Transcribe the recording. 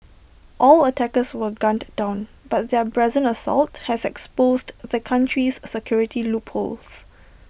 all attackers were gunned down but their brazen assault has exposed the country's security loopholes